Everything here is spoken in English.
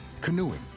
canoeing